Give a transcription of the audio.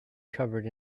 covered